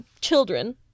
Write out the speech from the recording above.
children